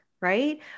right